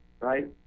right